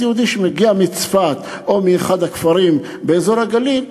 אז יהודי שמגיע מצפת או מאחד הכפרים באזור הגליל,